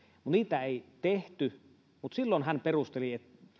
mutta niitä ei tehty ja silloin hän perusteli